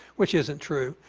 which isn't true,